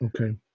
okay